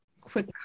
Quick